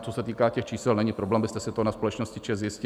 Co se týká těch čísel, není problém, abyste si to ve společnosti ČEZ zjistili.